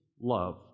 love